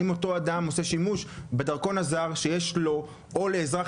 האם אותו אדם עושה שימוש בדרכון הזר שיש לו או לאזרח